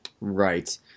Right